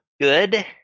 Good